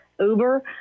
Uber